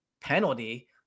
penalty